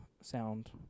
sound